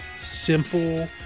simple